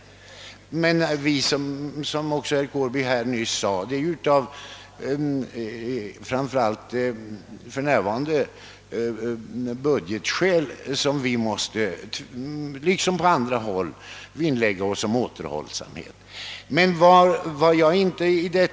Såsom herr Gustafsson i Kårby nyss sade måste vi emellertid för närvarande av budgetskäl vinnlägga oss om återhållsamhet här liksom på andra håll.